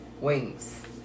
wings